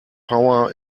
power